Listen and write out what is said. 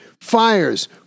Fires